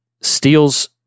steals